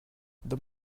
dans